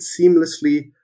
seamlessly